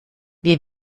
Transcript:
wir